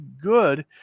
good